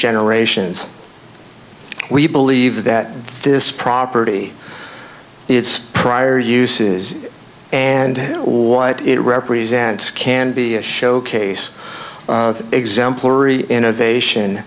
generations we believe that this property it's prior uses and what it represents can be a showcase exemplary innovation